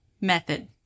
method